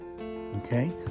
okay